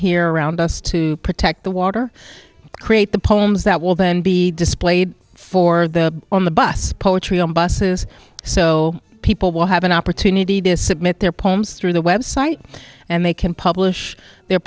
here around us to protect the water create the poems that will then be displayed for the on the bus poetry on buses so people will have an opportunity to submit their poems through their website and they can publish their